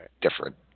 different